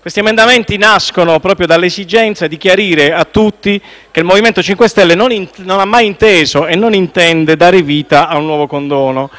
Questi emendamenti nascono proprio dall’esigenza di chiarire a tutti che il MoVimento 5 Stelle non ha mai inteso e non intende dare vita a un nuovo condono.